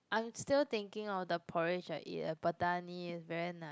I'm still thinking of the porridge that I eat at Pattani is very nice